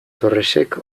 torresek